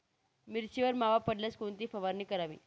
मिरचीवर मावा पडल्यावर कोणती फवारणी करावी?